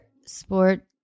sport